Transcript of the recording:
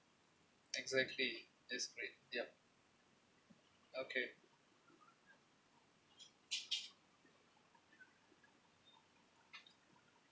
exactly that's great yup okay